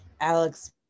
Alex